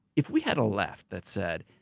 if we had a left that said,